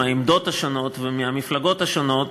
עם העמדות השונות ומהמפלגות השונות,